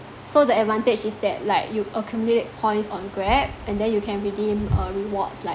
so the advantage is that like you accumulate points on grab and then you can redeem uh rewards like